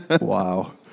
Wow